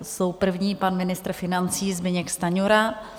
S tou první pan ministr financí Zbyněk Stanjura.